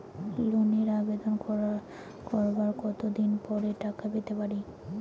লোনের আবেদন করার কত দিন পরে টাকা পেতে পারি?